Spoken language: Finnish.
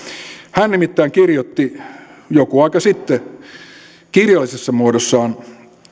hän nimittäin kirjoitti joku aika sitten kirjallisessa muodossaan